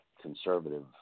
conservative